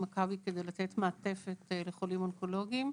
במכבי כדי לתת מעטפת לחולים אונקולוגיים,